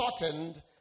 shortened